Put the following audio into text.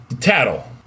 Tattle